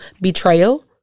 betrayal